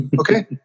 Okay